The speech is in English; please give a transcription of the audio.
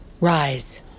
Rise